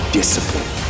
discipline